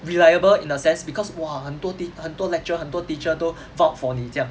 reliable in a sense because !wah! 很多 tea~ 很多 lecturer 很多 teacher 都 vouch for 你这样